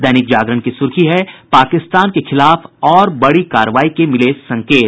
दैनिक जागरण की सूर्खी है पाकिस्तान के खिलाफ और बड़ी कार्रवाई के मिले संकेत